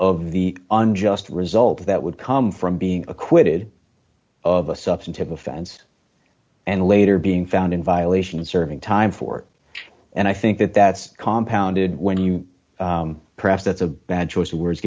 of the unjust result that would come from being acquitted of a substantive offense and later being found in violation serving time for it and i think that that's a compound and when you press that's a bad choice of words